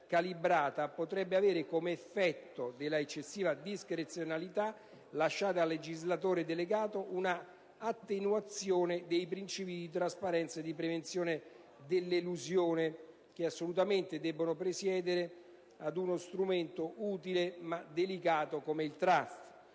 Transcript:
potrebbe avere, come effetto della eccessiva discrezionalità lasciata al legislatore delegato, una attenuazione dei principi di trasparenza e di prevenzione dell'elusione, che assolutamente debbono presiedere ad uno strumento utile ma delicato come il